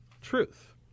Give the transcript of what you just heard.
truth